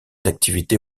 d’activité